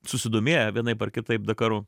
susidomėję vienaip ar kitaip dakaru